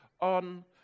on